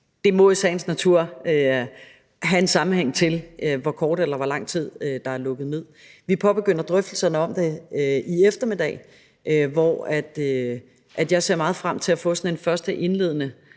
må i sagens natur hænge sammen med, hvor kort eller hvor lang tid der er lukket ned. Vi påbegynder drøftelserne om det i eftermiddag, hvor jeg ser meget frem til at få sådan en første indledende